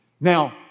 Now